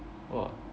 !wah!